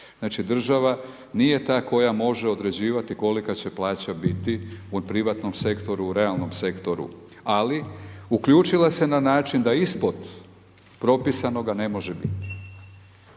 Znači, država nije ta koja može određivati kolika će plaća biti u privatnom sektoru, u realnom sektoru. Ali uključila se na način da ispod propisanoga ne može biti.